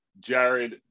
Jared